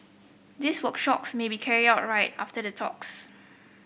these workshops may be carried out right after the talks